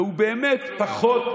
והוא באמת פחות,